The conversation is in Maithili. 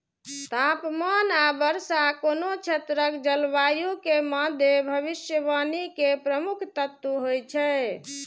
तापमान आ वर्षा कोनो क्षेत्रक जलवायु के मादे भविष्यवाणी के प्रमुख तत्व होइ छै